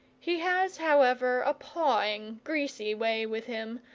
he has, however, a pawing, greasy way with him,